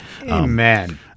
Amen